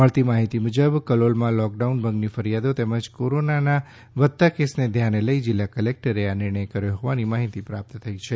મળતી માહિતી મુજબ કલોલમા લોકડાઉન ભંગની ફરિયાદો તેમજ કોરોનાના વધતાં કેસોને ધ્યાને લઇ જિલ્લા કલેક્ટરે આ નિર્ણય કર્યો હોવાની માહિતી પ્રાપ્ત થઇ છે